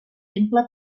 temple